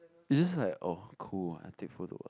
is just like oh cool and take photo what